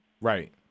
Right